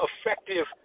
effective